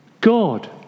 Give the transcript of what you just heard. God